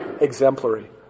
exemplary